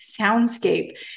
soundscape